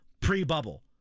pre-bubble